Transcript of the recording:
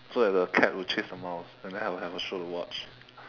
so that the cat will chase the mouse and then I will have a show to watch